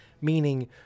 Meaning